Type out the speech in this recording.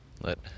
Let